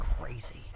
crazy